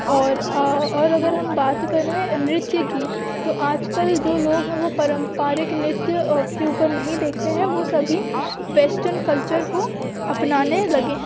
और और अगर हम बात करें नृत्य की तो आज कल जो लोग है वो परम्परिक नृत्य के ऊपर नहीं देखते हैं वो सभी वेस्टर्न कल्चर को अपनाने लगे हैं